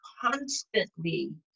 constantly